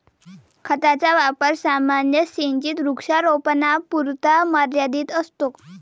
खताचा वापर सामान्यतः सिंचित वृक्षारोपणापुरता मर्यादित असतो